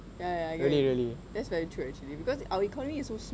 ya ya ya I get what you mean that's very true actually because our economy is so small